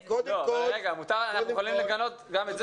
אנחנו יכולים לגנות גם את זה,